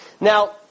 Now